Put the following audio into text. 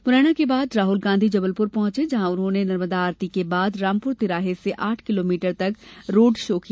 मुरैना के बाद राहुल गांधी जबलपुर पहुंचे जहां उन्होंने नर्मदा आरती के बाद रामपुर तिराहे से आठ किलोमीटर तक रोड शो किया